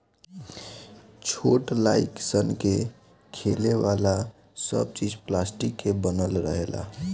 छोट लाइक सन के खेले वाला सब चीज़ पलास्टिक से बनल रहेला